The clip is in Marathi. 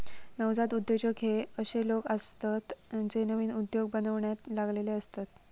नवजात उद्योजक हे अशे लोक असतत जे नवीन उद्योग बनवण्यात लागलेले असतत